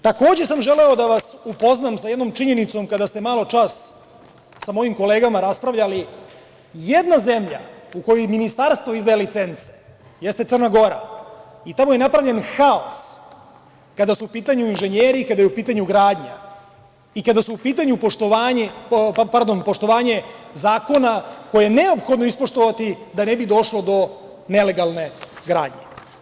Takođe, želeo sam da vas upoznam sa jednom činjenicom kada ste maločas sa mojom kolegama raspravljali, jedna zemlja u kojoj ministarstvo izdaje licence, jeste Crna Gora i tamo je napravljen haos, kada su u pitanju inženjeri, kada je u pitanju gradnja i kada je u pitanju poštovanje zakona koje je neophodno ispoštovati, da ne bi došlo do nelegalne gradnje.